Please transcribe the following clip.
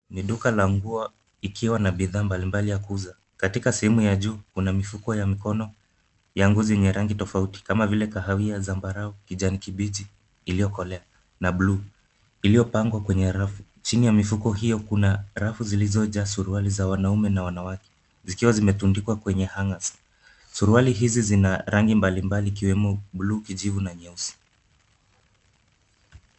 Hili ni duka la nguo ikiwa na bidhaa mbali mbali ya kuuza. Katika sehemu ya juu kuna mifuko ya mikono ya ngozi yenye rangi tofauti kama vile kahawia, zambarau, kijani kibichi iliyokolea na buluu. Iliyopangwa kwenye rafu. Chini ya mifuko hiyo kuna rafu zilizojaa suruali za wanaume na za wanawake zikiwa zimetundukiwa kwenye hangers . Suruali hizi zina rangi mbali mbali ikiwemo buluu, kijivu na nyeusi.